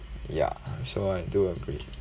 ya so I do agree